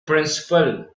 principle